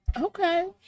okay